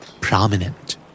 Prominent